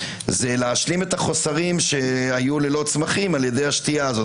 זה להשלים את החוסרים שהיו ללא צמחים על ידי השתייה הזאת.